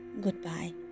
goodbye